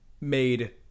made